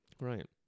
Right